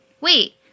Wait